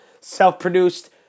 self-produced